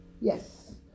Yes